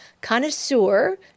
connoisseur